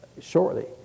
shortly